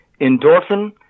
endorphin